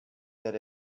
that